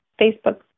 Facebook